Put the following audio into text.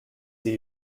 see